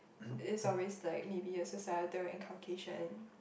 is always like maybe a societal inculcation